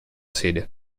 sede